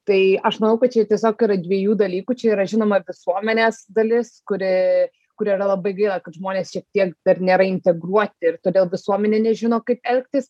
tai aš manau kad čia tiesiog yra dviejų dalykų čia yra žinoma visuomenės dalis kuri kuri yra labai gaila kad žmonės šiek tiek dar nėra integruoti ir todėl visuomenė nežino kaip elgtis